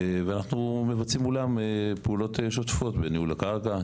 ואנחנו מבצעים מולם פעולות שוטפות בניהול הקרקע,